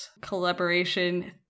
Collaboration